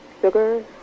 sugar